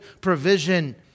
provision